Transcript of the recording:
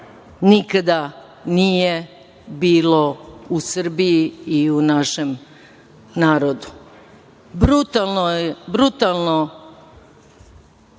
nikada nije bilo u Srbiji i u našem narodu. Brutalno je napadnut